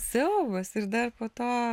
siaubas ir dar po to